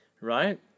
Right